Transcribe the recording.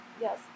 Yes